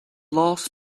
last